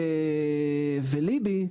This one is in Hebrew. ליבי,